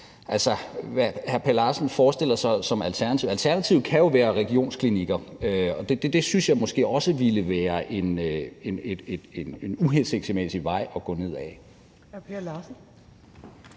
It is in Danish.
hvad hr. Peder Larsen forestiller sig som alternativet? Alternativet kan jo være regionsklinikker, og det synes jeg måske også ville være en uhensigtsmæssig vej at gå ned ad.